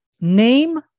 Name